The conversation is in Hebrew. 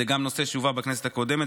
זה נושא שהובא גם בכנסת הקודמת,